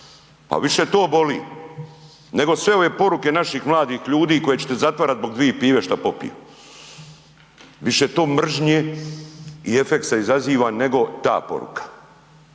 Pa više to boli nego sve ove poruke naših mladih ljudi koje ćete zatvarat zbog dvi pive što popiju. Više to mržnje i efekta izaziva nego ta poruka.